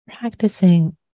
practicing